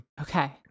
Okay